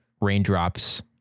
raindrops